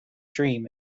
dream